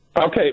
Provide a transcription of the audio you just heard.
Okay